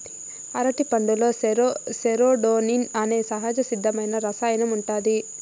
అరటిపండులో సెరోటోనిన్ అనే సహజసిద్ధమైన రసాయనం ఉంటాది